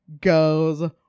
goes